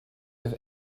have